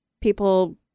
people